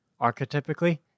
Archetypically